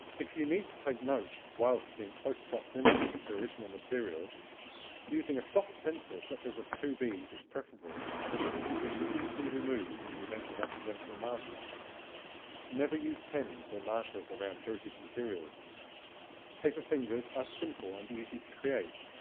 if you need to take notes whilst in close proximity to original material using a soft pencil such as a two b is preferable as this can be easily removed in the event of accidental marking never use pens or markers around heritage materials paper fingers are simple and easy to create,